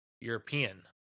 European